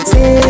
Say